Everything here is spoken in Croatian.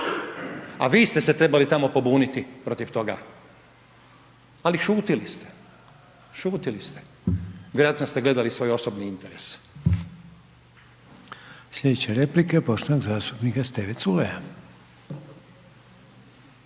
A vi ste se trebali tamo pobuniti protiv toga, ali šutili ste, šutili ste. Vjerojatno ste gledali svoj osobni interes? **Reiner, Željko (HDZ)** Sljedeća replika je poštovanog zastupnika Steve Culeja.